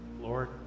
Lord